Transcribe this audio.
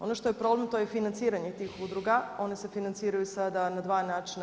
Ono što je problem to je financiranje tih udruga, one se financiraju sada na dva načina.